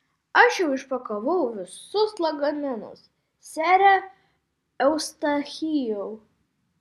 aš jau išpakavau visus lagaminus sere eustachijau